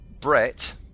Brett